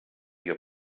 your